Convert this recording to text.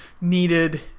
needed